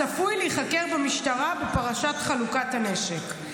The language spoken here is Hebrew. צפוי להיחקר במשטרה בפרשת חלוקת הנשק.